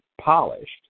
polished